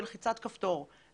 בלחיצת כפתור,